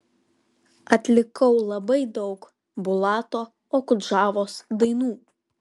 atlikau labai daug bulato okudžavos dainų